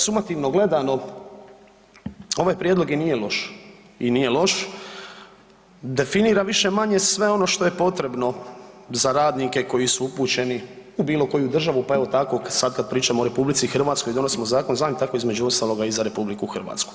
Sumativno gledano ovaj prijedlog i nije loš i nije loš, definira više-manje sve ono što je potrebno za radnike koji su upućeni u bilo koju državu, pa evo tako sad kad pričamo o RH i donosimo zakon za nj, tako između ostaloga i za RH.